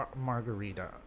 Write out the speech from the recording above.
margarita